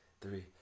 three